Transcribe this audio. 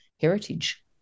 heritage